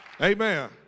Amen